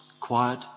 quiet